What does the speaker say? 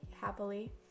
happily